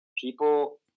people